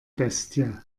bestie